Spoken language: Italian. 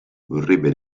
vorrebbe